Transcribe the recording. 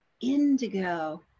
indigo